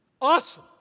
Awesome